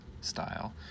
style